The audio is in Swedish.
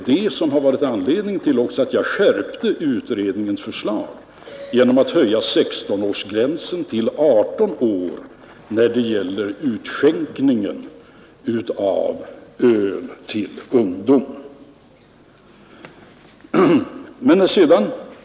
Det var också anledningen till att jag skärpte utredningens förslag genom att höja 16-årsgränsen till 18 år när det gäller utskänkning av öl till ungdom.